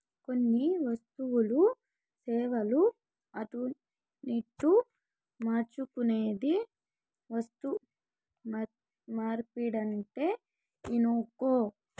కొన్ని వస్తువులు, సేవలు అటునిటు మార్చుకునేదే వస్తుమార్పిడంటే ఇనుకో